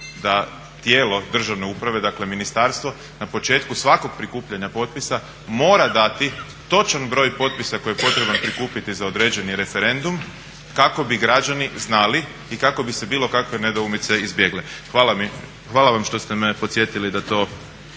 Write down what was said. da tijelo državne uprave, dakle ministarstvo na početku svakog prikupljanja potpisa mora dati točan broj potpisa koji je potrebno prikupiti za određeni referendum kako bi građani znali i kako bi se bilo kakve nedoumice izbjegle. Hvala vam što ste me podsjetili da to